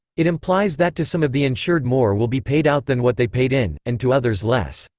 it implies that to some of the insured more will be paid out than what they paid in, and to others less.